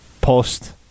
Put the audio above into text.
Post